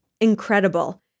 incredible